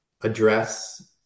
address